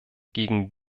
gegen